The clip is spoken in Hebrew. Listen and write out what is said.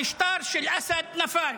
המשטר של אסד נפל.